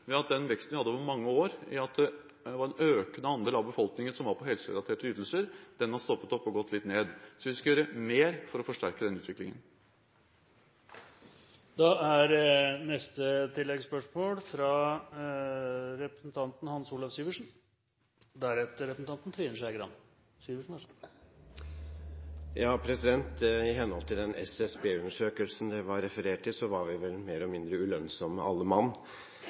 den veksten vi hadde over mange år – at en økende andel av befolkningen var på helserelaterte ytelser – har stoppet opp og gått litt ned. Vi skal gjøre mer for å forsterke den utviklingen. Hans Olav Syversen – til oppfølgingsspørsmål. I henhold til SSB-undersøkelsen det var referert til, var vi vel mer eller mindre ulønnsomme alle mann